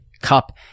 Cup